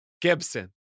Gibson